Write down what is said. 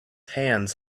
hands